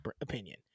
opinion